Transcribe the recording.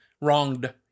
Wronged